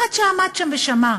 אחד שעמד שם ושמע.